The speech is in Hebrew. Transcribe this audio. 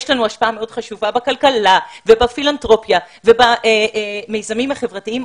יש לנו השפעה מאוד חשובה בכלכלה ובפילנתרופיה ובמיזמים החברתיים,